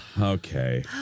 okay